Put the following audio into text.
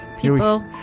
people